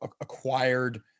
acquired